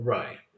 Right